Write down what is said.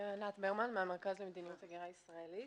מהמרכז למדיניות הגירה ישראלית.